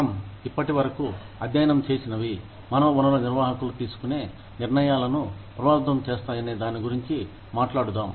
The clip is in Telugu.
మనం ఇప్పటి వరకు అధ్యయనం చేసినవి మానవ వనరుల నిర్వాహకులు తీసుకునే నిర్ణయాలను ప్రభావితం చేస్తాయనే దాని గురించి మాట్లాడుదాం